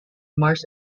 mars